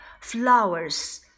Flowers